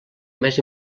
més